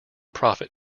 profit